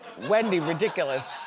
wendy ridiculous.